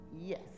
Yes